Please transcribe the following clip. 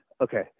Okay